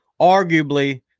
arguably